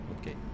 okay